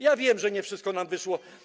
Ja wiem, że nie wszystko nam wyszło.